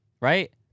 right